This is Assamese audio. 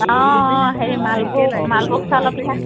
অঁ অঁ হেৰি মালভোগ মালভোগ চাউলৰ পিঠা